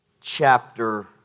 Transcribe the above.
chapter